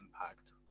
impact